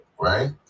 Right